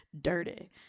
Dirty